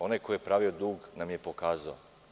Onaj koji pravio dug nam je pokazao.